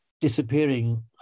disappearing